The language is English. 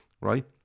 right